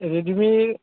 Redmi